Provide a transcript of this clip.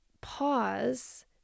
pause